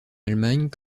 allemagne